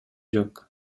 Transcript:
жок